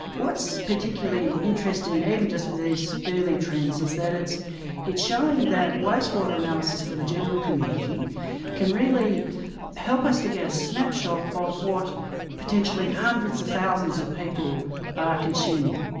what's particularly interesting even just in these early trends, is that it's it's showing that wastewater analysis for the general community can really help us to get a snapshot of what potentially hundreds of thousands of people are consuming.